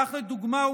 כך לדוגמה,